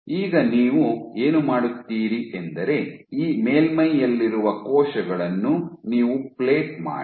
ಈಗ ನೀವು ಏನು ಮಾಡುತ್ತೀರಿ ಎಂದರೆ ಈ ಮೇಲ್ಮೈಯಲ್ಲಿರುವ ಕೋಶಗಳನ್ನು ನೀವು ಪ್ಲೇಟ್ ಮಾಡಿ